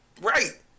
Right